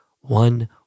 One